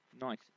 Nice